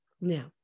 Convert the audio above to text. Now